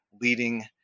leading